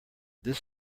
this